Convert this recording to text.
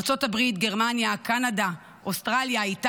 ארצות הברית, גרמניה, קנדה, אוסטרליה, איטליה,